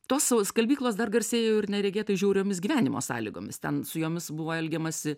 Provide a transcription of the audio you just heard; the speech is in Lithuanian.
tos savo skalbyklos dar garsėjo ir neregėtai žiauriomis gyvenimo sąlygomis ten su jomis buvo elgiamasi